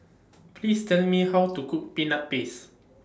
Please Tell Me How to Cook Peanut Paste